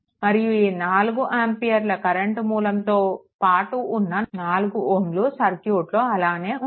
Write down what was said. మరియు ఈ 4 ఆంపియర్ల కరెంట్ మూలంతో పాటు ఉన్న 4 Ω సర్క్యూట్లో అలానే ఉంటాయి